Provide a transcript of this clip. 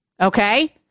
okay